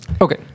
Okay